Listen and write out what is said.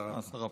השרה פה.